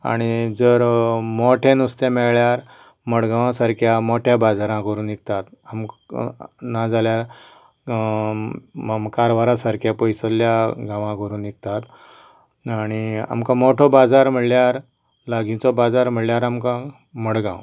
आनी जर मोटें नुस्तें मेळ्यार मडगांवा सारक्यां मोठ्या बाजारांक व्हरून विकतात आमकां ना जाल्यार कारवारा सारक्यां पयसल्या गांवांक व्हरून विकतात आनी आमकां मोठो बाजार म्हणल्यार लागीचो बाजार म्हणल्यार आमकां मडगांव